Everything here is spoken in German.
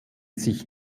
sich